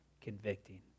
convicting